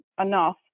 enough